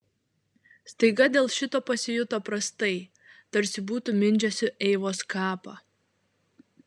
staiga dėl šito pasijuto prastai tarsi būtų mindžiusi eivos kapą